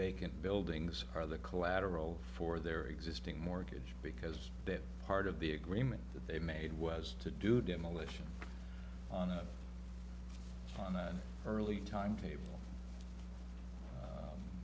vacant buildings are the collateral for their existing mortgage because that part of the agreement that they made was to do demolition on the early time maybe